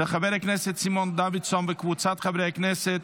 של חבר הכנסת סימון דוידסון וקבוצת חברי הכנסת,